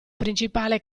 principale